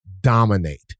dominate